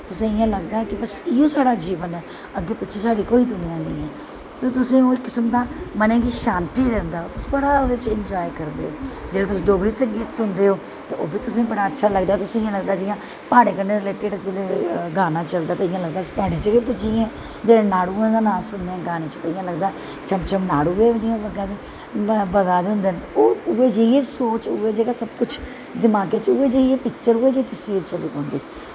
तुसेंगी इ'यां लगदा कि बस इ'यो साढ़ा जीवन ऐ अग्गें पिच्छें साढ़ी कोई दुनियां निं ऐ तुसें गी ओह् मनें गी बड़ा शांती दिंदा तुस बड़ा ओह्दे च इंजाय करदे ओ तुस डोगरी संगीत सुनदे ओ ते ओह् बी तुसेंगी बड़ा अच्छा लगदा तुसेंगी इ'यां लगदा प्हाड़ें कन्नै रिलेटिड़ जिसलै गाना चलदा ते तुसेंगी इ'यां लगदा कि अस प्हाड़ें च गै पुज्जी गे आं जिसलै नाड़ूएं दा नांऽ सुनन्ने आं ते इ'यांं लगदा ऐ चंम चंम नाड़ू गै जि'यां बगाऽ दे बगाऽ दे होंदे न उ'ऐ जेही सोच उ'ऐ जेहा सब कुछ दमाकै बिच्च उ'ऐ जेही पिक्चर चली पौंदी ऐ